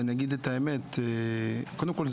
קודם כל,